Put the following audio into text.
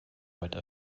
what